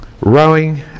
rowing